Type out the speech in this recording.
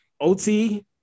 ot